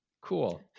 Cool